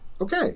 okay